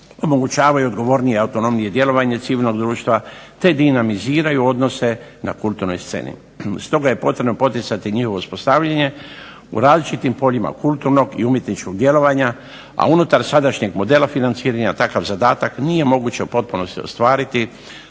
omogućavaju odgovornije i autonomnije djelovanje civilnog društva te dinamiziraju odnose na kulturnoj sceni. Stoga je potrebno poticati njihovo uspostavljanje u različitim poljima kulturnog i umjetničkog djelovanja, a unutar sadašnjeg modela financiranja takav zadatak nije moguće u potpunosti ostvariti